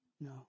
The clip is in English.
No